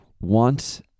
want